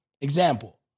example